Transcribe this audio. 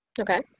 Okay